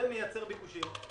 זה מייצר ביקושים.